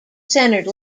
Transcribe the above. centered